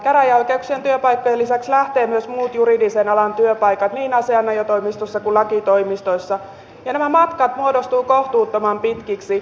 käräjäoikeuksien työpaikkojen lisäksi lähtevät myös muut juridisen alan työpaikat niin asianajotoimistoissa kuin lakitoimistoissa ja nämä matkat muodostuvat kohtuuttoman pitkiksi